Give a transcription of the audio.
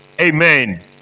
Amen